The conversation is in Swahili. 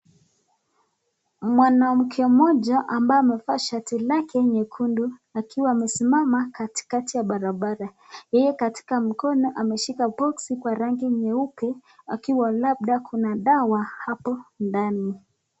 Mwanamke moja ambaye amevaa shati lake nyekundu akiwa amesimama katikati ya barabara hii katika mkono ameshika boksi kwa rangi nyeupe akiwa labda kuna dawa hapo ndani.